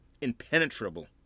impenetrable